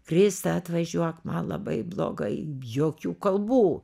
krista atvažiuok man labai blogai jokių kalbų